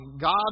God